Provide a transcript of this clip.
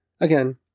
again